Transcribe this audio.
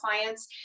clients